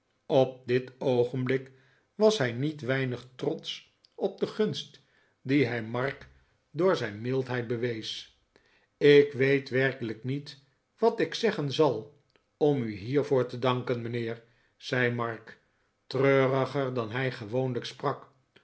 op dit oogenblik was hij niet weinig trotsch op de gunst die hij mark door zijn mildheid bewees ik weet werkelijk niet wat ik zeggen zal om u hiervoor te danken mijnheer zei mark treuriger dan hij gewoonlijk sprak